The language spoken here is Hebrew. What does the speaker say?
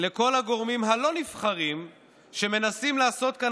לכל הגורמים הלא-נבחרים שמנסים לעשות כאן